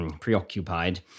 preoccupied